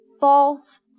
false